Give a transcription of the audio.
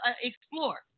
explore